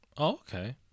okay